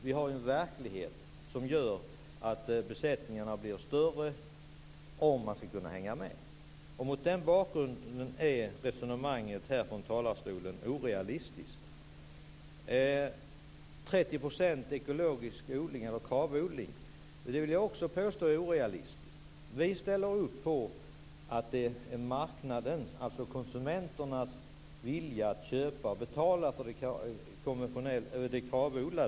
Vi har ju en verklighet som gör att besättningarna blir allt större för att man skall kunna hänga med. Mot den bakgrunden är resonemanget här från talarstolen orealistiskt. Målet om 30 % ekologisk odling, Kravodling, vill jag också påstå är orealistiskt. Vi ställer upp på marknadens, konsumenternas, vilja att köpa och betala för det Kravodlade.